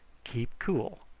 keep cool.